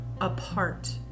apart